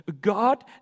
God